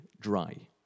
dry